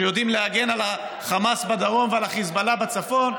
שיודעים להגן על חמאס בדרום ועל חיזבאללה בצפון,